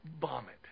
Vomit